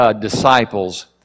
disciples